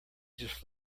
just